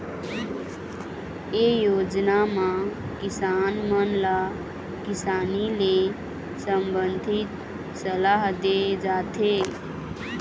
ए योजना म किसान मन ल किसानी ले संबंधित सलाह दे जाथे